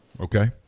Okay